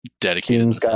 dedicated